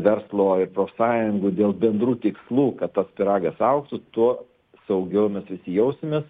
verslo ir profsąjungų dėl bendrų tikslų kad tas pyragas augtų tuo saugiau mes visi jausimės